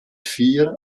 vier